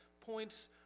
points